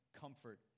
comfort